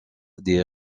des